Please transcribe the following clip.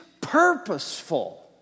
purposeful